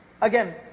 Again